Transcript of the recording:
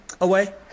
away